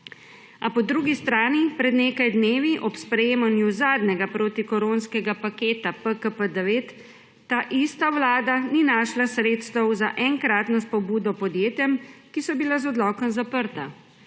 A po drugi strani pred nekaj dnevi ob sprejemanju zadnjega protikoronskega paketa PKP , ta ista vlada ni našla sredstev za enkratno spodbudo podjetjem, ki so bila z odlokom zaprta.